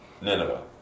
Nineveh